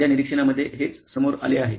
माझ्या निरीक्षणामध्ये हेच समोर आले आहे